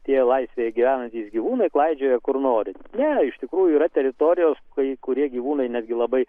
tie laisvėje gyvenantys gyvūnai klaidžioja kur nori ne iš tikrųjų yra teritorijos kai kurie gyvūnai netgi labai